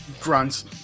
grunts